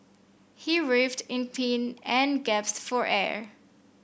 he writhed in pain and for air